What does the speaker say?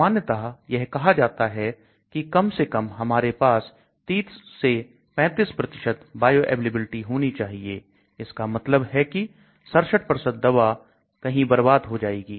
सामान्यता यह कहा जाता है की कम से कम हमारे पास 30 35 बायोअवेलेबिलिटी होनी चाहिए इसका मतलब है कि 67 दवा कहीं बर्बाद हो जाएगी